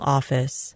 Office